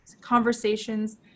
conversations